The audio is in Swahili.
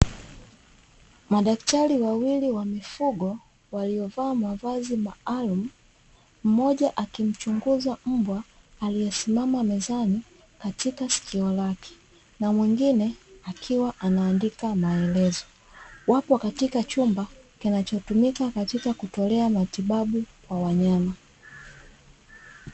Madktari wawili wa mifugo waliovaa mavazi maalumu mmoja akimchunguza mbwa aliyesimama mezani katika sikio lake, na mwingine akiwa anaandika maelezo. Wapo katika chumba kinachotumika katika kutolea matibabu kwa wanyama.